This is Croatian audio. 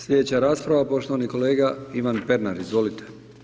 Slijedeća rasprava poštovani kolega Ivan Pernar, izvolite.